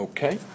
Okay